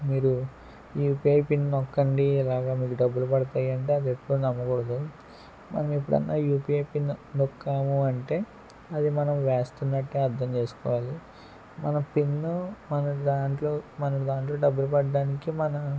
మీరు ఈ UPI PIN నొక్కండి ఇలాగ మీకు డబ్బులు పడతాయి అంటే అది ఎప్పుడూ నమ్మకూడదు మనం ఎప్పుడన్నా యూపీఐ పిన్ నొక్కాము అంటే అది మనం వేస్తన్నట్టే అర్థం చేసుకోవాలి మన పిన్ను మన దాంట్లో మన దాంట్లో డబ్బులు పడడానికి మన